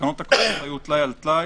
התקנות היו טלאי על טלאי.